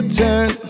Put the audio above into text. turn